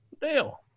Dale